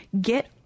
get